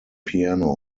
piano